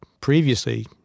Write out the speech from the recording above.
previously